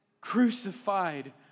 crucified